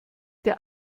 der